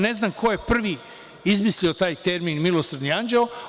Ne znam ko je prvi izmislio taj termin „milosrdni anđeo“